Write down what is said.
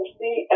see